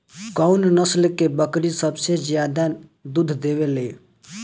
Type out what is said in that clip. कउन नस्ल के बकरी सबसे ज्यादा दूध देवे लें?